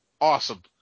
awesome